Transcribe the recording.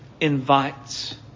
invites